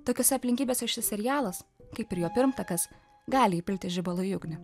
tokiose aplinkybėse šis serialas kaip ir jo pirmtakas gali įpilti žibalo į ugnį